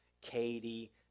Katie